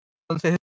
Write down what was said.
Entonces